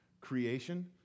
Creation